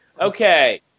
Okay